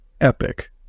epic